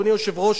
אדוני היושב-ראש,